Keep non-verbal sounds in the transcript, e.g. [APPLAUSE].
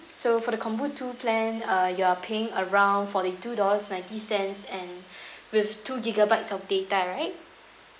so for the combo two plan uh you're paying around forty-two dollars ninety cents and [BREATH] with two gigabytes of data right